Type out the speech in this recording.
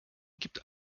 gibt